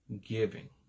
giving